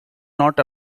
not